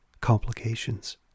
complications